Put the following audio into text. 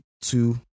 two